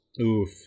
Oof